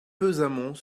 pesamment